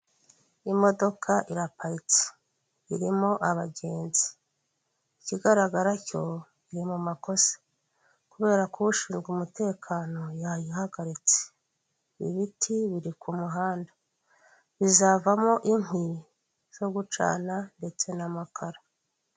Imodoka iraparitse, irimo abagenzi, ikigaragara cyo iri mu makosa kubera ko ushinzwe umutekano yayihagaritse, ibiti biri ku muhanda bizavamo inkwi zo gucana ndetse n'amakara.